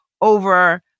over